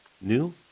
New